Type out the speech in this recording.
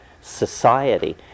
society